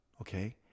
Okay